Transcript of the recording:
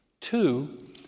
Two